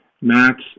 max